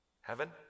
Heaven